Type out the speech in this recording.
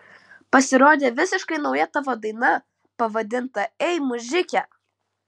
pasirodė visiškai nauja tavo daina pavadinta ei mužike